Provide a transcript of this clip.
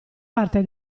parte